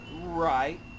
Right